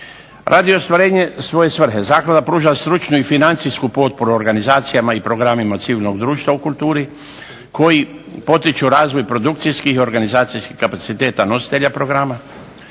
Radi ostvarenja svoje svrhe zaklada pruža stručnu i financijsku potporu organizacijama i programima civilnog društva u kulturi, koji potiču razvoj produkcijskih i organizacijskih kapaciteta nositelja programa,